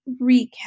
recap